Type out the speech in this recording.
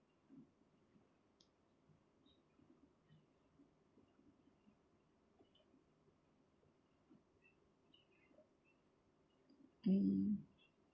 mm